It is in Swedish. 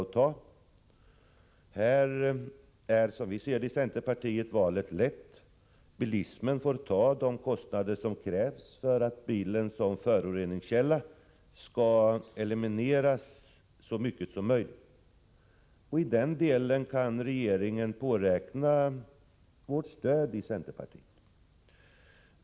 På den här punkten är valet lätt, som vi i centerpartiet ser saken. Bilismen får ta de kostnader som uppstår när det gäller att så mycket som möjligt eliminera den föroreningskälla som ju bilen är. I det avseendet kan regeringen räkna med stöd från oss i centerpartiet.